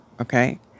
Okay